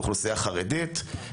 אוכלוסייה חרדית,